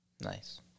Nice